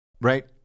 right